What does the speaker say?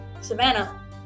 Savannah